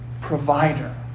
provider